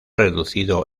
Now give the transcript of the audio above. reducido